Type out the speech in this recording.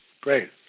Great